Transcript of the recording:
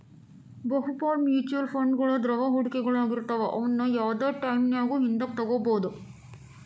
ಬಹುಪಾಲ ಮ್ಯೂಚುಯಲ್ ಫಂಡ್ಗಳು ದ್ರವ ಹೂಡಿಕೆಗಳಾಗಿರ್ತವ ಅವುನ್ನ ಯಾವ್ದ್ ಟೈಮಿನ್ಯಾಗು ಹಿಂದಕ ತೊಗೋಬೋದು